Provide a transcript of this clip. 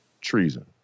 treason